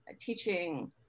teaching